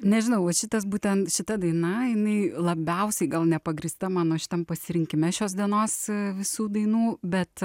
nežinau va šitas būtent šita daina jinai labiausiai gal nepagrįsta mano šitam pasirinkime šios dienos visų dainų bet